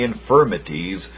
infirmities